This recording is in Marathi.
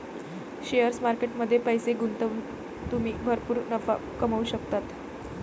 शेअर मार्केट मध्ये पैसे गुंतवून तुम्ही भरपूर नफा कमवू शकता